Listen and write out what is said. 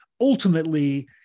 ultimately